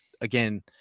again